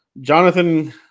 Jonathan